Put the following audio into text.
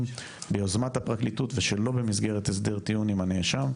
ביוזמת הפרקליטות ושלא במסגרת הסדרי טיעון עם הנאשם.